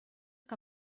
que